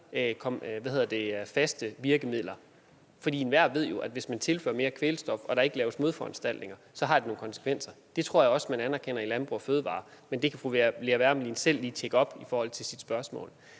faste virkemidler. For enhver ved jo, at hvis man tilfører mere kvælstof og der ikke laves modforanstaltninger, så har det nogle konsekvenser. Det tror jeg også man anerkender i Landbrug & Fødevarer, men det kan fru Lea Wermelin selv lige tjekke op i forhold til sit spørgsmål.